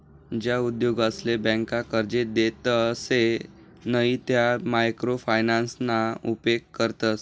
ज्या उद्योगसले ब्यांका कर्जे देतसे नयी त्या मायक्रो फायनान्सना उपेग करतस